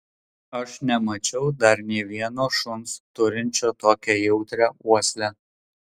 aš nemačiau dar nė vieno šuns turinčio tokią jautrią uoslę